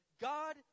God